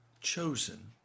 chosen